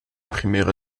primera